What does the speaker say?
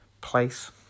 place